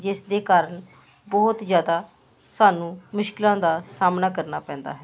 ਜਿਸ ਦੇ ਕਾਰਨ ਬਹੁਤ ਜ਼ਿਆਦਾ ਸਾਨੂੰ ਮੁਸ਼ਕਿਲਾਂ ਦਾ ਸਾਹਮਣਾ ਕਰਨਾ ਪੈਂਦਾ ਹੈ